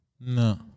No